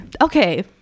okay